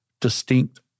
distinct